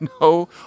no